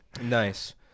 nice